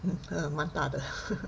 蛮大的